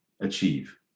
achieve